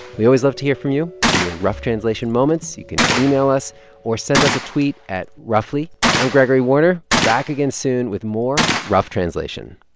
we always love to hear from you and your rough translation moments. you can email us or send us a tweet at at roughly i'm gregory warner, back again soon with more rough translation